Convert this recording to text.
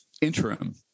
interim